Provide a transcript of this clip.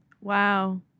Wow